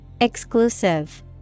Exclusive